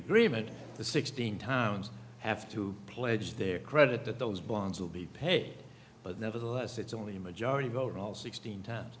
agreement the sixteen times have to pledge their credit that those bonds will be paid but nevertheless it's only a majority vote all sixteen times